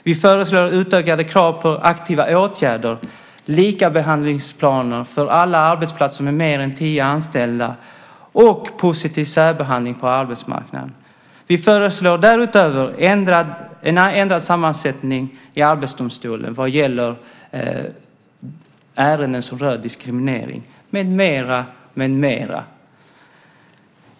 Vi föreslår utökade krav på aktiva åtgärder, likabehandlingsplaner för alla arbetsplatser med mer än tio anställda och positiv särbehandling på arbetsmarknaden. Vi föreslår därutöver en ändrad sammansättning i Arbetsdomstolen vad gäller ärenden som rör diskriminering, med mera.